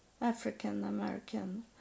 African-American